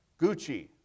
Gucci